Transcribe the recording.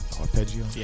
Arpeggio